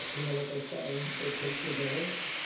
you know what they say. it takes a village.